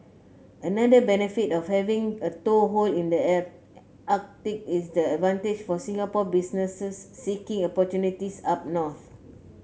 another benefit of having a toehold in the Arctic is the advantage for Singapore businesses seeking opportunities up north